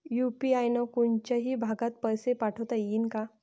UPI न कोनच्याही भागात पैसे पाठवता येईन का?